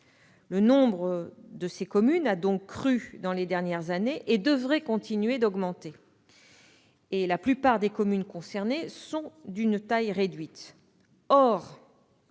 Le nombre de ces communes a donc crû au cours des dernières années, et devrait continuer d'augmenter. La plupart des communes concernées sont d'une taille réduite.